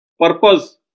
purpose